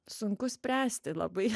sunku spręsti labai